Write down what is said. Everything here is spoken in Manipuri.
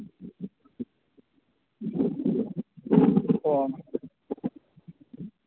ꯑꯣ